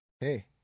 Hey